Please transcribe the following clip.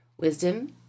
Wisdom